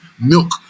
milk